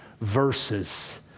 verses